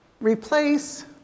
Replace